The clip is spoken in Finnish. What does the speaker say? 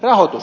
rahoitus